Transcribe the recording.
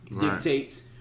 dictates